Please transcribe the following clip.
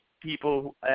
people